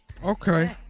okay